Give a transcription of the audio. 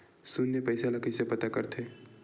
शून्य पईसा ला कइसे पता करथे?